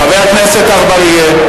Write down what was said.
חבר הכנסת לוין.